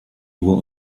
nur